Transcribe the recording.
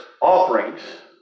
offerings